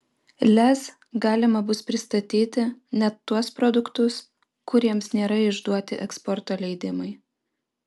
lez galima bus pristatyti net tuos produktus kuriems nėra išduoti eksporto leidimai